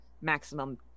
maximum